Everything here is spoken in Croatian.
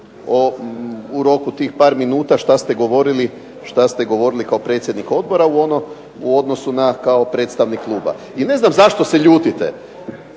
u roku tih par minuta, što ste govorili kao predsjednik Odbora i u odnosu kao predstavnik Kluba i ne znam zašto se ljutite,